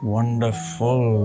Wonderful